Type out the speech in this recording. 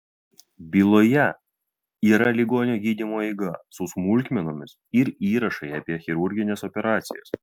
byloje yra ligonio gydymo eiga su smulkmenomis ir įrašai apie chirurgines operacijas